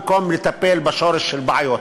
במקום לטפל בשורש הבעיות,